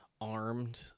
armed